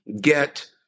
get